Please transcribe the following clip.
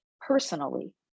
personally